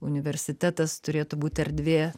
universitetas turėtų būt erdvė